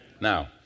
Now